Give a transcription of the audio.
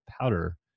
powder